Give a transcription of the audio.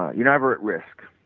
you are never at risk,